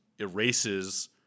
erases